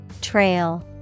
Trail